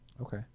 Okay